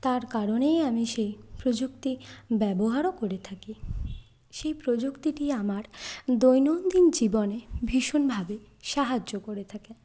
তার কারণেই আমি সেই প্রযুক্তি ব্যবহারও করে থাকি সেই প্রযুক্তিটি আমার দৈনন্দিন জীবনে ভীষণভাবে সাহায্য করে থাকে